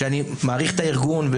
שאני מעריך את הארגון,